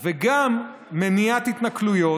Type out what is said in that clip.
וגם מניעת התנכלויות,